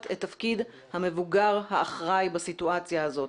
את תפקיד המבוגר האחראי בסיטואציה הזאת,